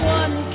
one